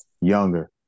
younger